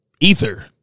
Ether